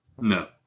No